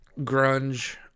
grunge